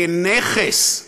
כאל נכס,